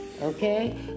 Okay